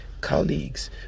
colleagues